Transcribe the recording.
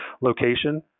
location